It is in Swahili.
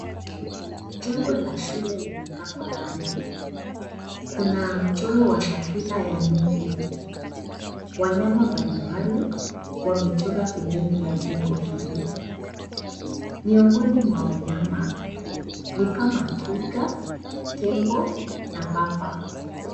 Jengo la shule limepakwa rangi. Kuna mchoro wa safina ya Nuhu. Wanyama mbalimbali wamechorwa pembeni y jengo hili. Miongoni mwa wanyama ni kama, twiga, tembo na papa.